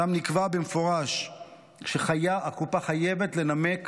שם נקבע במפורש שהקופה חייבת לנמק